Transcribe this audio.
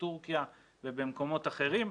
בטורקיה ובמקומות אחרים,